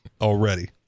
already